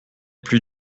plus